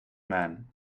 man